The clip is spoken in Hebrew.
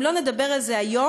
אם לא נדבר על זה היום,